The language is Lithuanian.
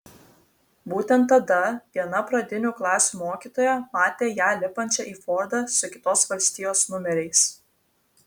būtent tada viena pradinių klasių mokytoja matė ją lipančią į fordą su kitos valstijos numeriais